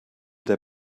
der